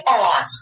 on